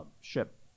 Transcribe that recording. ship